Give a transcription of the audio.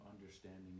understanding